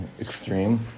extreme